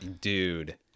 Dude